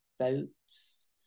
votes